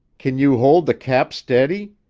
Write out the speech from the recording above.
kin you hold the cap steady?